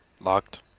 Locked